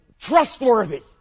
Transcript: trustworthy